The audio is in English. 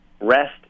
rest